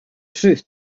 truth